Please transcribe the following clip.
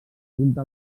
junta